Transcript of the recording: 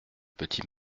petit